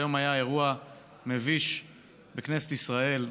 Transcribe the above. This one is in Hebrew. היום היה אירוע מביש בכנסת ישראל,